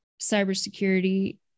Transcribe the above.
cybersecurity